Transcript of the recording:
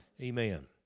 Amen